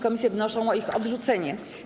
Komisje wnoszą o ich odrzucenie.